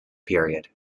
period